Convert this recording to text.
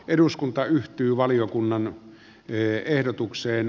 eduskunta yhtyy valiokunnan ehdotuksen